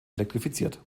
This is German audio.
elektrifiziert